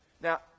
now